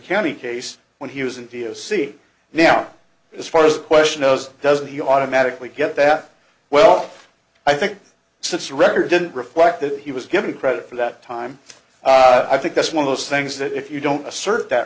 county case when he was indio see now as far as the question knows doesn't he automatically get that well i think since record didn't reflect that he was given credit for that time i think that's one of those things that if you don't